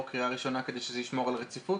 בקריאה ראשונה כדי שזה ישמור על רציפות?